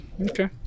Okay